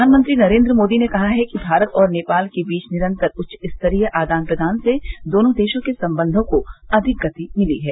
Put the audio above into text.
प्रधानमंत्री नरेन्द्र मोदी ने कहा है कि भारत और नेपाल के बीच निरंतर उच्च स्तरीय आदान प्रदान से दोनों देशों के संबंधों को अधिक गति मिली है